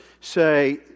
say